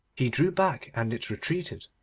he drew back, and it retreated.